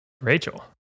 Rachel